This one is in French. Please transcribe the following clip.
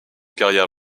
carrière